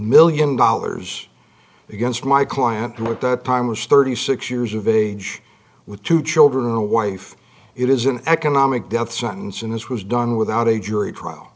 million dollars against my client who at that time was thirty six years of age with two children a wife it is an economic death sentence and this was done without a jury trial